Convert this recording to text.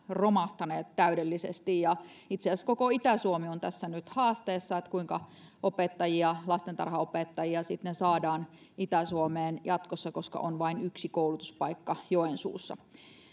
romahtaneet täydellisesti ja itse asiassa koko itä suomi on tässä nyt haasteessa kuinka opettajia lastentarhanopettajia sitten saadaan itä suomeen jatkossa koska on vain yksi koulutuspaikka joensuussa